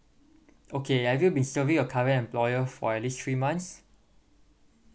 okay have you been serving your current employer for at least three months